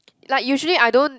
like usually I don't